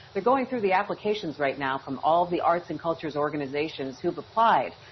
they're going through the applications right now, from all the arts and cultures organizations, who've applied.